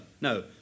no